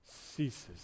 ceases